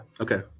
okay